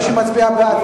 מי שמצביע בעד,